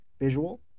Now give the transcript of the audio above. visual